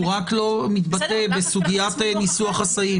הוא רק לא מתבטא בסוגיית ניסוח הסעיף.